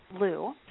Lou